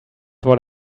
what